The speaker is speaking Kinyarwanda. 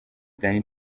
danny